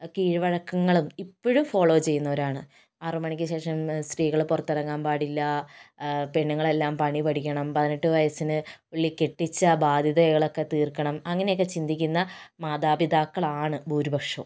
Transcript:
കീഴ്വഴക്കങ്ങളും ഇപ്പഴും ഫോളോ ചെയ്യുന്നവരാണ് ആറുമണിക്ക് ശേഷം സ്ത്രീകൾ പുറത്തിറങ്ങാൻ പാടില്ല പെണ്ണുങ്ങളെല്ലാം പണി പഠിക്കണം പതിനെട്ട് വയസ്സിനുള്ളില് കെട്ടിച്ച് ബാധ്യതകൾ ഒക്കെ തീർക്കണം അങ്ങനെ ഒക്കെ ചിന്തിക്കുന്ന മാതാപിതാക്കൾ ആണ് ഭൂരിപക്ഷവും